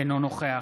אינו נוכח